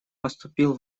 поступил